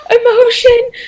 Emotion